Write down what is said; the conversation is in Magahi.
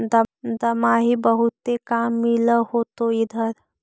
दमाहि बहुते काम मिल होतो इधर?